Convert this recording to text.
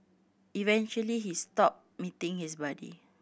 eventually he stopped meeting his buddy